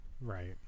right